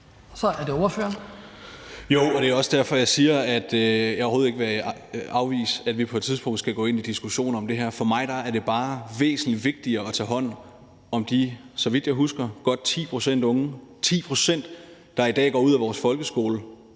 Skriver Jensen (S): Jo, og det er også derfor, jeg siger, at jeg overhovedet ikke vil afvise, at vi på et tidspunkt skal gå ind i diskussioner om det her. For mig er det bare væsentlig vigtigere at tage hånd om de, så vidt jeg husker godt 10 pct. – 10 pct. – der i dag går ud af vores folkeskole